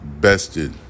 bested